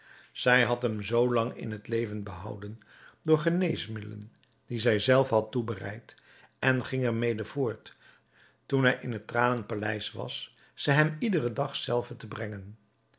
zij had hem zoo lang in het leven behouden door geneesmiddelen die zij zelve had toebereid en ging er mede voort toen hij in het tranenpaleis was ze hem iederen dag zelve te brengen